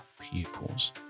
pupils